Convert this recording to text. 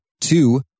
two